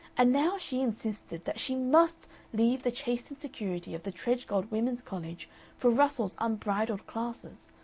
and now she insisted that she must leave the chastened security of the tredgold women's college for russell's unbridled classes,